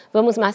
Vamos